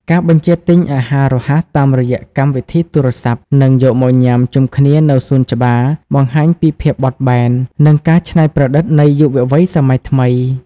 ការបញ្ជាទិញអាហាររហ័សតាមរយៈកម្មវិធីទូរស័ព្ទ និងយកមកញ៉ាំជុំគ្នានៅសួនច្បារ បង្ហាញពីភាពបត់បែន និងការច្នៃប្រឌិតនៃយុវវ័យសម័យថ្មី។